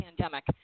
pandemic